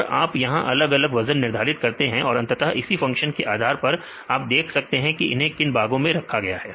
और यहां आप अलग अलग वजन निर्धारित करते हैं और अंततः इसी फंक्शन के आधार पर आप देख सकते हैं कि इन्हें किन भागों में रखा गया है